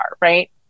right